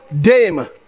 dame